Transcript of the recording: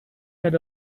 had